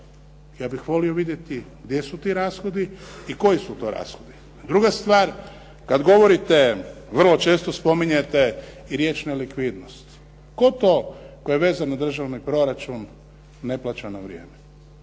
Ja bih volio vidjeti gdje su ti rashodi i koji su to rashodi. Druga stvar, kad govorite vrlo često spominjete i riječ nelikvidnost. Tko to tko je vezan na državni proračun ne plaća na vrijeme.